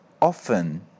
often